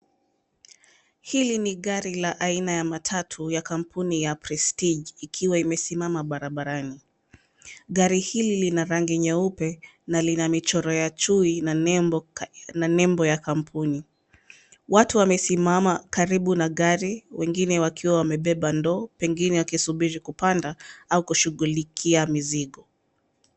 Hili ni gari la aina ya matatu ya kampuni ya prestige ikiwa imesimama barabarani. Gari hili lina rangi nyeupe na lina michoro ya chui na nembo ya kampuni. Watu wamesimama karibu na gari wengine wakiwa wamebeba ndoo pengine wakisubiri kupanda au kushugulikia mizigo.